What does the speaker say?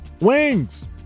Wings